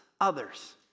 others